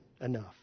enough